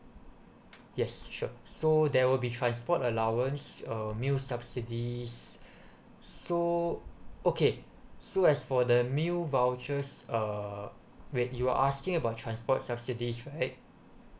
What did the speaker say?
yes sure so there will be transport allowance uh meal subsidies so okay so as for the meal vouchers uh wait you are asking about transport subsidies right